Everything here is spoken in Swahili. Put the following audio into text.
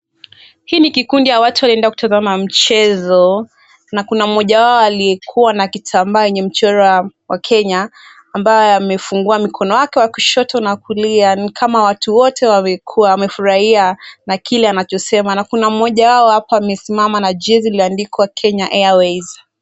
Hii ni kikundi ya watu wanaenda kutazama mchezo, na Kuna moja wao alikuwa na kitambaa enye mchoro wa kenya ambao amefungiwa mkono wake wa kushota na kulia ni kama watu wote wamefurahia kile anacho sema. Kuna mmoja wao hapa amesimama na jezi iliondikwa Kenya airways.